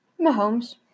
Mahomes